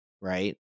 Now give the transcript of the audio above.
right